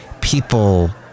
people